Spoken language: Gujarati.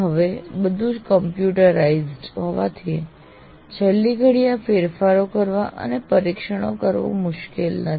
હવે બધું જ કોમ્પ્યુટરાઇઝ્ડ હોવાથી છેલ્લી ઘડીએ આ ફેરફારો કરવા અને પરીક્ષણો કરવું મુશ્કેલ નથી